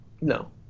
No